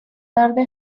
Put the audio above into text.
tarde